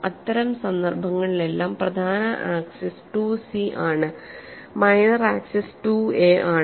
അത്തരം സന്ദർഭങ്ങളിലെല്ലാം പ്രധാന ആക്സിസ് 2 സി ആണ് മൈനർ ആക്സിസ് 2എ ആണ്